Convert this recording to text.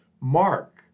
Mark